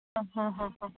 ಹಾಂ ಹಾಂ ಹಾಂ ಹಾಂ